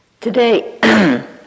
Today